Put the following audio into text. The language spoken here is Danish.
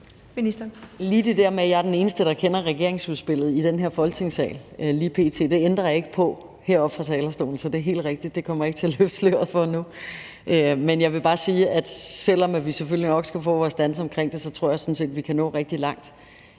pt. er den eneste, der kender regeringsudspillet i den her Folketingssal, vil jeg ikke ændre på heroppe fra talerstolen. Så det er helt rigtigt: Det kommer jeg ikke til at løfte sløret for nu. Men jeg vil bare sige, at selv om vi selvfølgelig nok skal få vores danse omkring det, tror jeg sådan set, at vi kan nå rigtig langt.